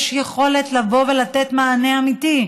יש יכולת לבוא ולתת מענה אמיתי.